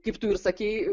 kaip tu ir sakei